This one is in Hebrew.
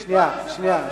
שנייה,